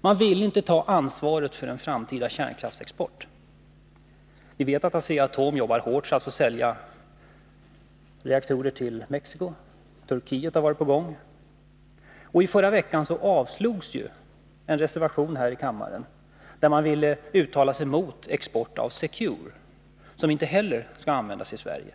Man vill inte ta ansvaret för den framtida kärnkraftsexporten. Vi vet att Asea-Atom jobbar hårt för att sälja reaktorer till Mexico, och export till Turkiet har också varit på gång. I förra veckan avslogs här i kammaren en reservation, där reservanterna uttalade sig mot export av Secure, som inte heller skall användas i Sverige.